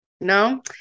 No